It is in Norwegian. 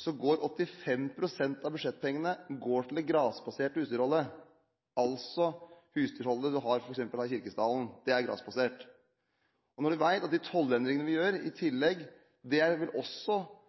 85 pst. av budsjettpengene går til det grasbaserte husdyrholdet, altså husdyrholdet som man f.eks. har i Kirkesdalen. Det er grasbasert. Og vi vet at de tollendringene vi gjør i tillegg, også vil